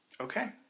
Okay